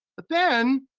but then,